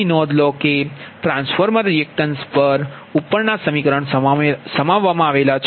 તેથી નોંધ લો કે ટ્રાન્સફોર્મર રિએક્ટેન્સ પણ ઉપરના સમીકરણમાં સમાવવામાં આવેલ છે